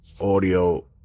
audio